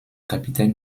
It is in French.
capitaine